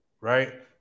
right